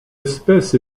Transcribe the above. espèce